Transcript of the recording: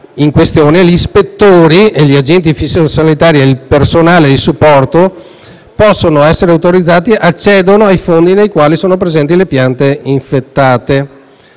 in questione, gli ispettori, gli agenti fitosanitari e il personale di supporto autorizzati accedono ai fondi nei quali sono presenti piante infettate.